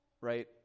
right